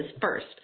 first